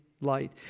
light